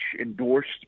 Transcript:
endorsed